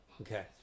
Okay